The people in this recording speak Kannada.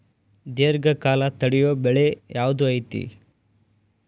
ದೇರ್ಘಕಾಲ ತಡಿಯೋ ಬೆಳೆ ಯಾವ್ದು ಐತಿ?